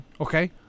okay